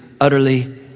utterly